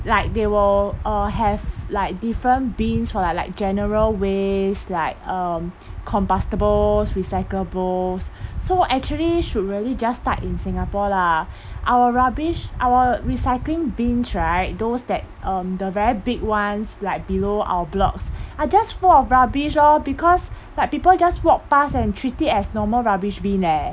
like they will uh have like different bins for like general waste like um combustibles recyclables so actually should really just start in singapore lah our rubbish our recycling bins right those that um the very big ones like below our blocks are just full of rubbish orh because like people just walk past and treat it as normal rubbish bin eh